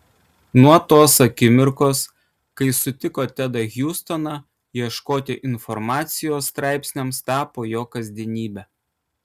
nuo tos akimirkos kai sutiko tedą hjustoną ieškoti informacijos straipsniams tapo jo kasdienybe